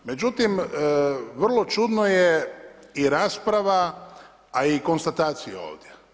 Međutim, vrlo čudna je i rasprava a i konstatacija ovdje.